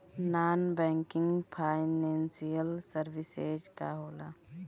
Non banking financial services का होला?